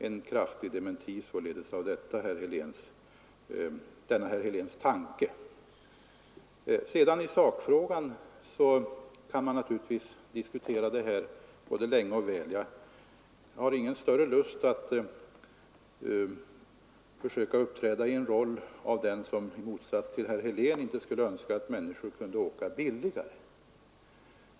Jag vill således uttala en kraftig dementi av denna herr Heléns tanke. Sakfrågan kan man naturligtvis diskutera både länge och väl. Jag har ingen större lust att uppträda i rollen som den som — i motsats till herr Helén — inte skulle önska att människor kunde åka billigare.